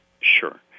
Sure